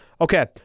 Okay